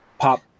pop